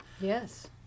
Yes